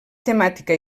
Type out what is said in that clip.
temàtica